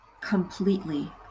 completely